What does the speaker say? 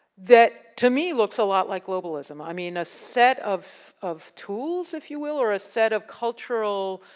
that to me, looks a lot like globalism. i mean, a set of of tools, if you will, or a set of cultural,